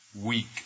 week